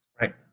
Right